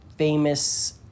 Famous